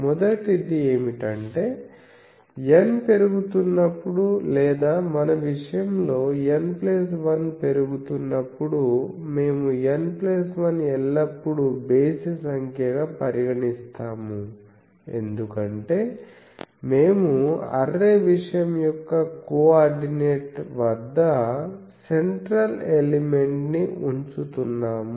మొదటిది ఏమిటంటే N పెరుగుతున్నప్పుడు లేదా మన విషయంలో N1 పెరుగుతున్నప్పుడు మేము N1 ఎల్లప్పుడూ బేసి సంఖ్యగా పరిగణిస్తాము ఎందుకంటే మేము అర్రే విషయం యొక్క కోఆర్డినేట్ వద్ద సెంట్రల్ ఎలిమెంట్ని ఉంచుతున్నాము